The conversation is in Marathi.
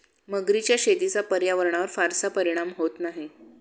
मगरीच्या शेतीचा पर्यावरणावर फारसा परिणाम होत नाही